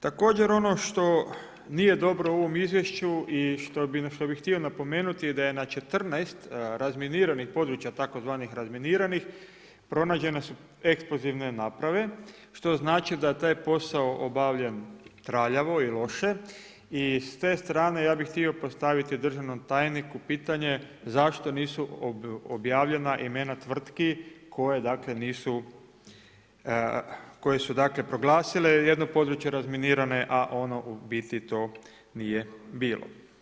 Također ono što nije dobro u ovom izvješću i na što bih htio napomenuti da je na 14 razminiranih područja tzv. razminiranih, pronađene su eksplozivne naprave što znači da je taj posao obavljen traljavo i loše i s te strane ja bih htio postaviti državnom tajniku pitanje zašto nisu objavljena imena tvrtki koje dakle nisu, koje su dakle proglasile jedno područje razminirano a ono u biti to nije bilo.